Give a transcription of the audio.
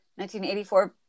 1984